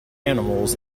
animals